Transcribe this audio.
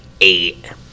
eight